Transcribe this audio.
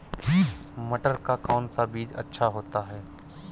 मटर का कौन सा बीज अच्छा होता हैं?